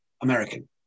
American